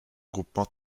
groupements